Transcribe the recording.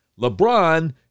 LeBron